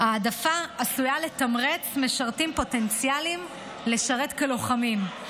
ההעדפה עשויה לתמרץ משרתים פוטנציאליים לשרת כלוחמים.